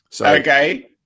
Okay